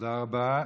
תודה רבה.